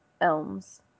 elms